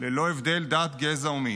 ללא הבדל דת, גזע ומין,